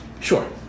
Sure